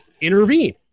intervene